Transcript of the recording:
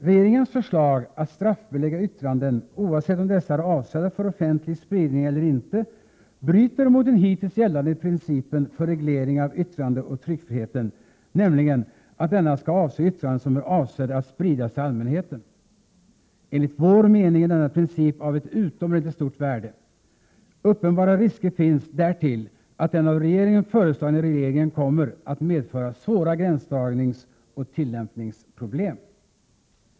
Regeringens förslag att straffbelägga yttranden, oavsett om dessa är avsedda för offentlig spridning eller inte, bryter mot den hittills gällande principen för reglering av yttrandeoch tryckfriheten, nämligen att denna skall avse yttranden som är avsedda att spridas till allmänheten. Enligt vår mening är denna princip av ett utomordentligt stort värde. Uppenbara risker finns därtill att den av regeringen föreslagna regleringen kommer att medföra svåra gränsdragningsoch tillämpningsproblem.